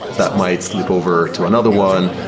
that might sleep over to another one.